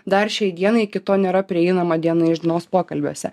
dar šiai dienai iki to nėra prieinama diena iš dienos pokalbiuose